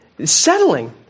Settling